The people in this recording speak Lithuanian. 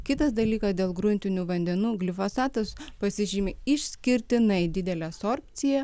kitas dalykas dėl gruntinių vandenų glifosatas pasižymi išskirtinai didele sorbcija